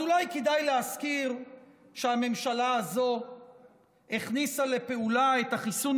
אז אולי כדאי להזכיר שהממשלה הזו הכניסה לפעולה את החיסון